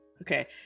Okay